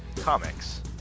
comics